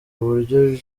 uburyo